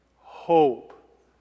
hope